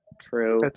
true